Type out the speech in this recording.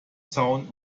zaun